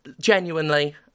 genuinely